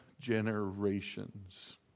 generations